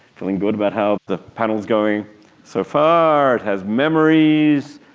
feeling good about how the panel is going so far, it has memories,